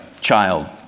child